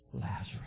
Lazarus